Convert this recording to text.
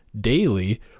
daily